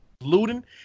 looting